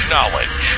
Knowledge